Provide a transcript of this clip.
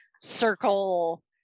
circle